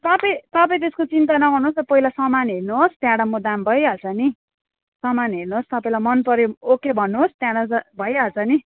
तपाईँ तपाईँ त्यसको चिन्ता नगर्नुहोस् न पहिला सामान हेर्नुहोस् त्यहाँबाट म दाम भइहाल्छ नि सामान हेर्नुहोस् तपाईँलाई मनपरे ओके भन्नुहोस् त्यहाँबाट त भइहाल्छ नि